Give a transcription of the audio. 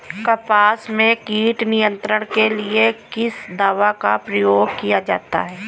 कपास में कीट नियंत्रण के लिए किस दवा का प्रयोग किया जाता है?